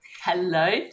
Hello